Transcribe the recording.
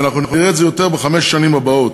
ואנחנו נראה את זה יותר בחמש השנים הבאות.